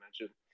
mention